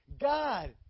God